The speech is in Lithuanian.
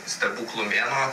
stebuklų mėnuo